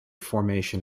formation